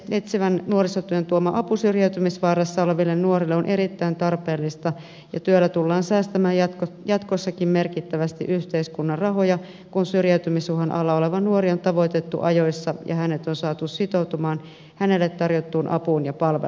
etsivän nuorisotyön tuoma apu syrjäytymisvaarassa oleville nuorille on erittäin tarpeellista ja työllä tullaan säästämään jatkossakin merkittävästi yhteiskunnan rahoja kun syrjäytymisuhan alla oleva nuori on tavoitettu ajoissa ja hänet on saatu sitoutumaan hänelle tarjottuun apuun ja palveluihin